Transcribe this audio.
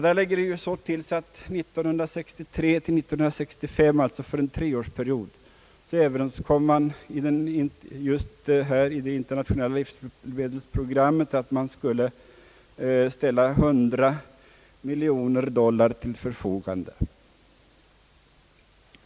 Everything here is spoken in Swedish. Där ligger det så till att man för 1963— 1965 — alltså för en treårsperiod — överenskom att man skulle ställa 100 miljoner dollar till förfogande.